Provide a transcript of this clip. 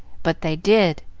but they did,